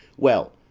well,